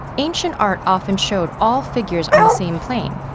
ancient art often showed all figures on the same plane,